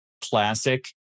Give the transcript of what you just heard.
classic